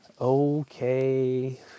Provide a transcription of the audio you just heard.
Okay